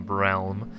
realm